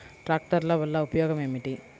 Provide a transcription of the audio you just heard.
ట్రాక్టర్ల వల్ల ఉపయోగం ఏమిటీ?